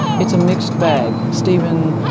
it's a mixed bag. stephen,